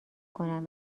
کنم